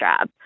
job